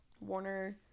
Warner